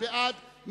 מי בעד?